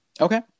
Okay